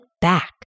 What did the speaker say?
back